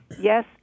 Yes